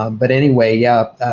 um but anyway, yeah,